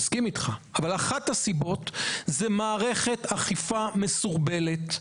היא מערכת אכיפה מסורבלת,